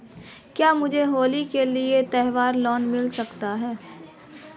क्या मुझे होली के लिए त्यौहार लोंन मिल सकता है?